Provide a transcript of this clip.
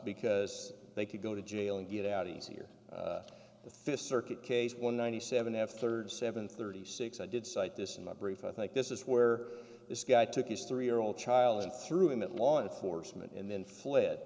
because they could go to jail and get out easier the fifth circuit case one ninety seven f third seven thirty six i did cite this in my brief i think this is where this guy took his three year old child and threw him at law enforcement and then fled